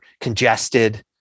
congested